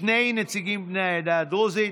שני נציגים בני העדה הדרוזית.